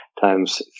times